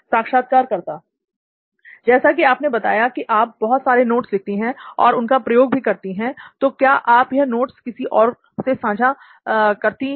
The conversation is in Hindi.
साक्षात्कारकर्ता जैसा कि आपने बताया कि आप बहुत सारे नोट्स लिखती हैं और उनका प्रयोग भी करती हैं तो क्या आप यह नोट्स किसी और से सांझा करती हैं